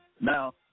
Now